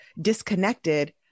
disconnected